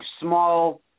small